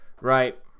Right